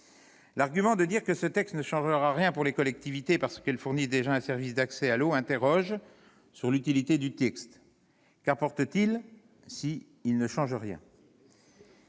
L'argument selon lequel ce texte ne modifiera rien pour les collectivités parce qu'elles fournissent déjà un service d'accès à l'eau interroge sur l'utilité du texte. Qu'apporte-t-il s'il ne change rien ?